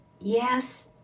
yes